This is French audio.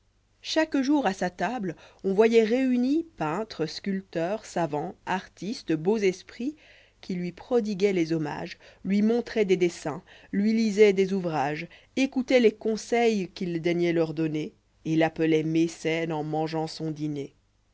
chaque jour à sa table on voyoit réunis peintres sculpteurs savants artistes beaux esprits qui lui prodiguoient les hommages lui montraient des dessins lui lisoient des ouvrages écoutaient les conseils qu'il daignoit leur donnei et l'âppeloient mécène en mangeant son dînei